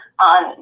on